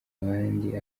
abandi